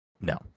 no